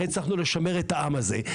לכן הצלחנו לשמר את העם הזה.